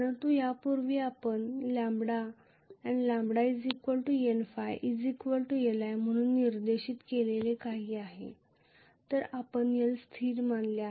परंतु त्यापूर्वी आपण λ λ Nϕ Li म्हणून निर्दिष्ट केलेले काहीही आहे तर आपण L स्थिर मानले